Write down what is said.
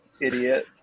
idiot